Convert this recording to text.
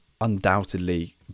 undoubtedly